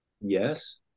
Yes